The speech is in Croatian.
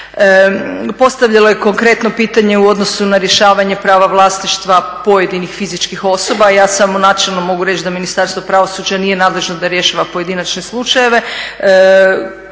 Postavljano je konkretno pitanje u odnosu na rješavanje prava vlasništva pojedinih fizičkih osoba, ja samo načelno mogu reći da Ministarstvo pravosuđa nije nadležno da rješava pojedinačne slučajeve.